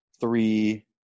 three